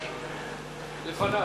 לפניו.